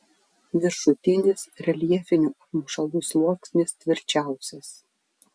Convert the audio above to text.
viršutinis reljefinių apmušalų sluoksnis tvirčiausias